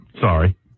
sorry